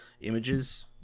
Images